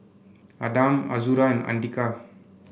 Adam Azura and Andika